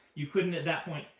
you couldn't, at that point,